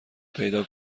پیدا